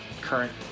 current